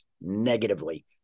negatively